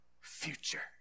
future